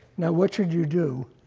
now, what should you do?